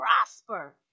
prosper